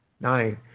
nine